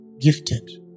gifted